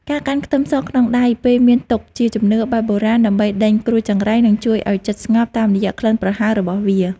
ការកាន់ខ្ទឹមសក្នុងដៃពេលមានទុក្ខជាជំនឿបែបបុរាណដើម្បីដេញគ្រោះចង្រៃ និង ជួយឱ្យចិត្តស្ងប់តាមរយៈក្លិនប្រហើររបស់វា។